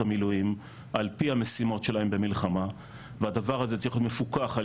המילואים על פי המשימות שלהם במלחמה והדבר הזה צריך להיות מפוקח על